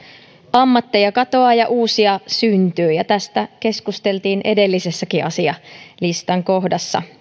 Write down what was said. ammatteja katoaa ja uusia syntyy ja tästä työn murroksesta keskusteltiin edellisessäkin asialistan kohdassa